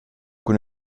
cun